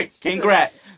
Congrats